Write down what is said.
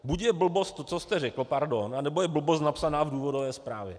Buď je blbost, co jste řekl, pardon, anebo je blbost napsaná v důvodové zprávě.